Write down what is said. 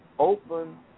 open